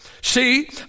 See